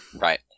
right